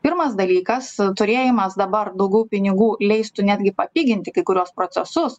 pirmas dalykas turėjimas dabar daugiau pinigų leistų netgi papiginti kai kuriuos procesus